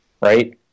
right